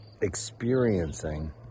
experiencing